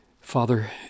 Father